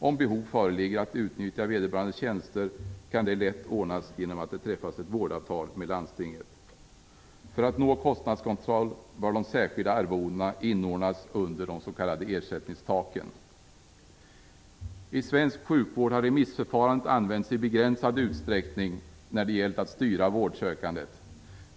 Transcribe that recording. Om behov föreligger att utnyttja vederbörandes tjänster kan det lätt ordnas genom att ett vårdavtal träffas med landstinget. För att nå kostnadskontroll bör de särskilda arvodena inordnas under de s.k. ersättningstaken. I svensk sjukvård har remissförfarandet används i begränsad utsträckning när det gällt att styra vårdsökandet.